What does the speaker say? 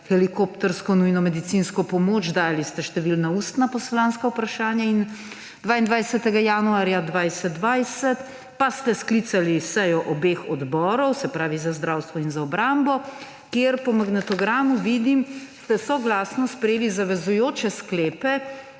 helikoptersko nujno medicinsko pomoč, dali ste številna ustna poslanska vprašanja in 22. januarja 2020 pa ste sklicali sejo obeh odborov, se pravi za zdravstvo in za obrambo, kjer po magnetogramu vidim, ste soglasno sprejeli zavezujoče sklepe.